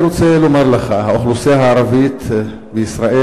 אני רוצה לומר לך: האוכלוסייה הערבית בישראל,